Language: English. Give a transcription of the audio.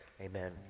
amen